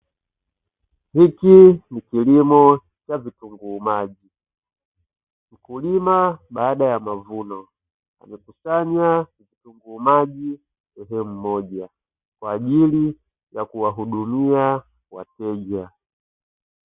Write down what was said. Hiki ni kilimo cha vitunguu maji mkulima baada ya mavuno amekusanya vitunguu maji sehemu moja kwa ajili ya kuwahudumia wateja.